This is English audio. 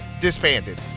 disbanded